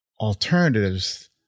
alternatives